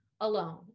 alone